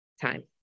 time